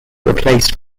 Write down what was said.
replaced